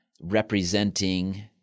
representing